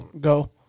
Go